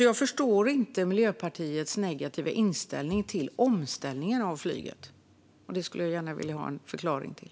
Jag förstår inte Miljöpartiets negativa inställning till omställningen av flyget. Det skulle jag gärna vilja ha en förklaring till.